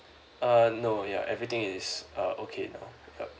err no ya everything is uh okay no yup